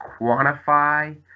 quantify